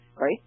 Right